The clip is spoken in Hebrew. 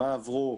מה עברו.